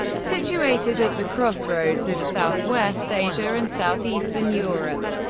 situated at the crossroads of southwest asia and southeastern europe.